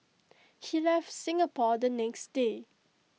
he left Singapore the next day